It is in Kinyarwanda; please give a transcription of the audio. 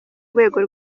rwego